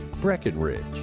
Breckenridge